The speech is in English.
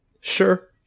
Sure